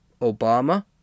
Obama